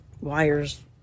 wires